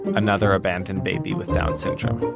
another abandoned baby with down syndrome.